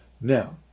Now